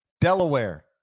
Delaware